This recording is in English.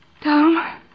Tom